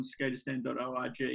skaterstand.org